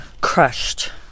crushed